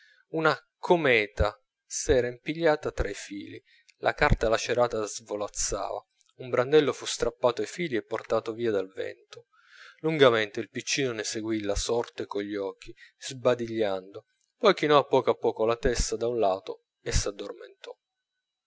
una cometa s'era impigliata tra i fili la carta lacerata svolazzava un brandello fu strappato ai fili e portato via dal vento lungamente il piccino ne seguì la sorte con gli occhi sbadigliando poi chinò a poco a poco la testa da un lato e s'addormentò